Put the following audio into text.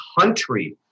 country